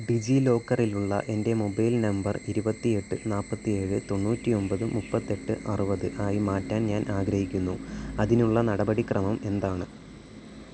ഡിജി ലോക്കറിലുള്ള എൻ്റെ mobile number ഇരുപത്തി എട്ട് നാൽപ്പത്തി ഏഴ് തൊണ്ണൂറ്റി ഒമ്പത് മുപ്പത്തെട്ട് അറുപത് ആയി മാറ്റാൻ ഞാൻ ആഗ്രഹിക്കുന്നു അതിനുള്ള നടപടിക്രമം എന്താണ്